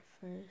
first